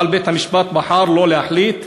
אבל בית-המשפט בחר לא להחליט,